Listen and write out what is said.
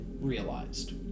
realized